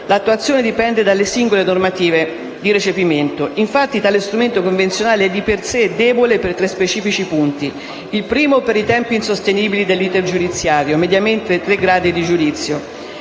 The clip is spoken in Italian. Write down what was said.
l'attuazione dipende dalle singole normative di recepimento. Infatti, tale strumento convenzionale è di per sé debole per tre specifici punti: per i tempi insostenibili dell'*iter* giudiziario (mediamente tre gradi di giudizio);